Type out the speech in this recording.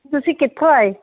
ਤੁਸੀਂ ਕਿੱਥੋਂ ਆਏ